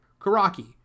karaki